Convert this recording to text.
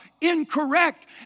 incorrect